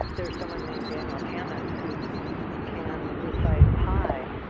there's someone named daniel tammet who can recite pi,